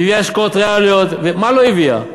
והביאה השקעות ריאליות, מה לא הביאה?